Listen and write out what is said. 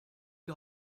die